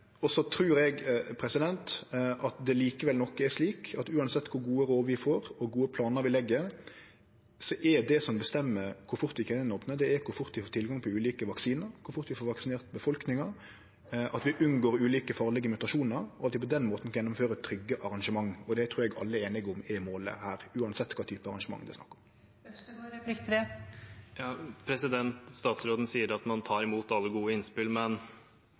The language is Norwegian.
Eg trur likevel det er slik at uansett kor gode råd vi får, og kor gode planar vi legg, er det som bestemmer kor fort vi kan opne igjen, kor fort vi får tilgang på ulike vaksiner, kor fort vi får vaksinert befolkninga, at vi unngår ulike farlege mutasjonar, og at vi på den måten kan gjennomføre trygge arrangement. Det trur eg alle er einige om er målet her, uansett kva type arrangement det er snakk om. Statsråden sier at man tar imot alle gode innspill, men